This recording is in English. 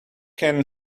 can